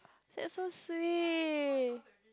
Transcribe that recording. that's so sweet